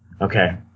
Okay